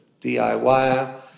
DIY